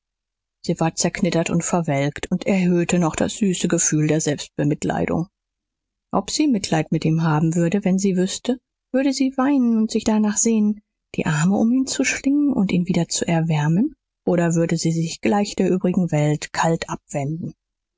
sie war zerknittert und verwelkt und erhöhte noch das süße gefühl der selbstbemitleidung ob sie mitleid mit ihm haben würde wenn sie wüßte würde sie weinen und sich danach sehnen die arme um ihn zu schlingen und ihn wieder zu erwärmen oder würde sie sich gleich der übrigen welt kalt abwenden